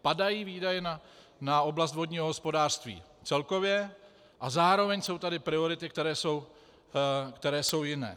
Padají výdaje na oblast vodního hospodářství celkově a zároveň jsou tady priority, které jsou jiné.